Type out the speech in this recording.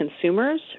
consumers